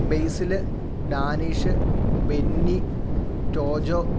Basil Danish Benny Tojo